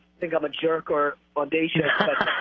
think i'm a jerk, or audacious,